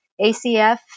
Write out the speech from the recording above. ACF